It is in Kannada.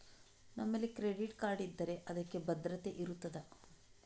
ನಮ್ಮಲ್ಲಿ ಕ್ರೆಡಿಟ್ ಕಾರ್ಡ್ ಇದ್ದರೆ ಅದಕ್ಕೆ ಭದ್ರತೆ ಇರುತ್ತದಾ?